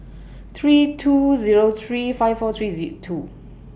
three two Zero three five four three Z two